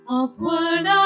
upward